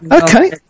Okay